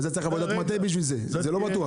אבל זה צריך עבודת מטה בשביל זה, זה לא בטוח.